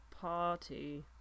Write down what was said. party